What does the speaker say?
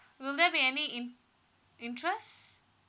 will there be any in~ interest